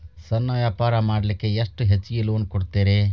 ಸಣ್ಣ ವ್ಯಾಪಾರ ಮಾಡ್ಲಿಕ್ಕೆ ಎಷ್ಟು ಹೆಚ್ಚಿಗಿ ಲೋನ್ ಕೊಡುತ್ತೇರಿ?